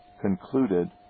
concluded